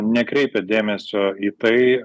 nekreipia dėmesio į tai